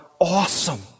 awesome